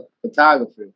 photography